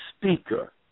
speaker